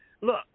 Look